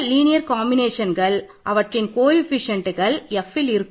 L colon இருக்கும்